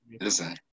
listen